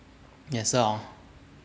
也是 oh